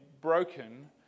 broken